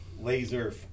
laser –